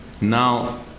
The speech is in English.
Now